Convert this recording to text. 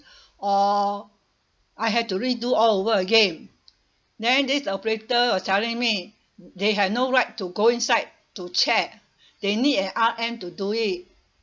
or I had to redo all over again then this operator was telling me they had no right to go inside to check they need an R_M to do it